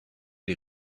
les